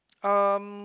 um